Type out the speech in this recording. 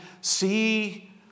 see